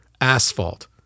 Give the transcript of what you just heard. Asphalt